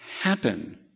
happen